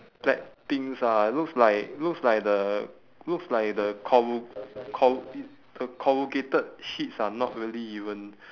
black things ah it looks like looks like the looks like the corru~ co~ the corrugated sheets are not really even